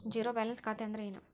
Zero balance ಖಾತೆ ಅಂದ್ರೆ ಏನು?